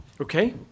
Okay